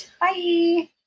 bye